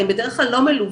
הם בדרך כלל לא מלוות,